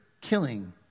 killing